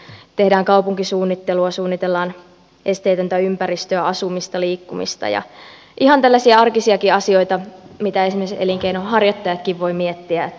kun tehdään kaupunkisuunnittelua suunnitellaan esteetöntä ympäristöä asumista liikkumista ihan tällaisia arkisiakin asioita mitä esimerkiksi elinkeinonharjoittajatkin voivat miettiä